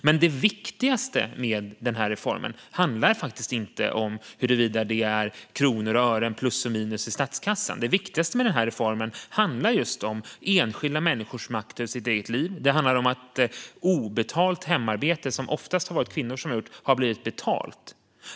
Men det viktigaste med reformen handlar faktiskt inte om huruvida det blir plus eller minus med kronor och ören i statskassan. Det viktigaste med reformen handlar just om enskilda människors makt över sitt eget liv. Det handlar om att obetalt hemarbete, som oftast har utförts av kvinnor, har blivit betalt.